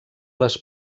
les